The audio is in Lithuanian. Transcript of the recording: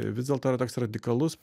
vis dėlto yra toks radikalus